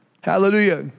hallelujah